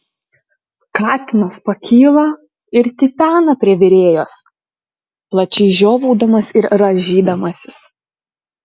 katinas pakyla ir tipena prie virėjos plačiai žiovaudamas ir rąžydamasis